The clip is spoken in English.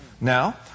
Now